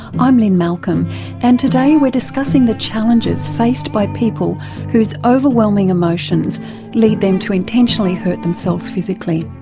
i'm lynne malcolm and today we're discussing the challenges faced by people whose overwhelming emotions lead them to intentionally hurt themselves physically.